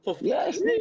Yes